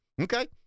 Okay